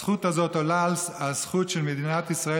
הזכות הזאת עולה על הזכות של מדינת ישראל